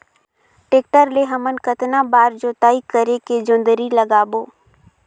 Tractor ले हमन कतना बार जोताई करेके जोंदरी लगाबो?